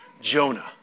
Jonah